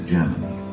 Germany